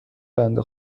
بنده